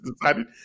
decided